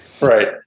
Right